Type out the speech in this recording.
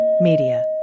Media